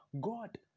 God